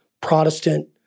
Protestant